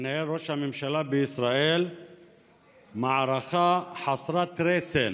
מנהל ראש הממשלה בישראל מערכה חסרת רסן